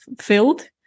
filled